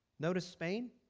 notice spain